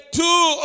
two